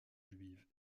juive